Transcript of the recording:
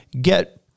get